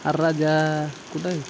अरे राजा कुठं आहे